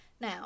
now